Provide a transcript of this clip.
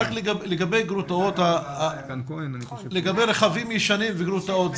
רק לגבי רכבים ישנים וגרוטאות,